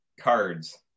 cards